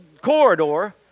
corridor